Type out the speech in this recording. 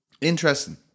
interesting